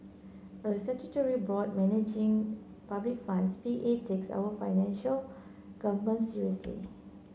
a statutory board managing public funds P A takes our financial government's seriously